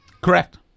Correct